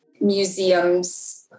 museums